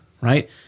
right